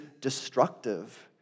destructive